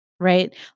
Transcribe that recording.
right